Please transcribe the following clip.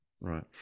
right